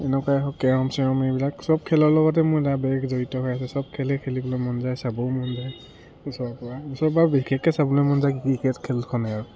এনেকুৱাই হওক কেৰম চেৰম এইবিলাক চব খেলৰ লগতে মোৰ এটা বেলেগ জড়িত হৈ আছে চব খেলেই খেলিবলৈ মন যায় চাবও মন যায় ওচৰৰ পৰা ওচৰৰ পৰা বিশেষকে চাবলৈ মন যায় কি ক্ৰিকেট খেলখনে আৰু